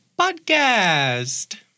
Podcast